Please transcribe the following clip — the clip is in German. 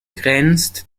grenzt